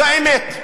זאת האמת.